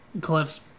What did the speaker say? Cliff's